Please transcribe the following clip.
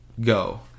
go